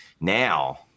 now